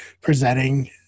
presenting